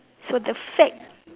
so the fact